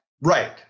right